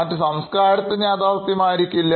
മറ്റു സംസ്കാരത്തിന് യാഥാർഥ്യം ആയിരിക്കില്ല